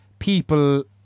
people